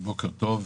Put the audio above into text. בוקר טוב.